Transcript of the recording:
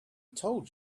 told